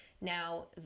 Now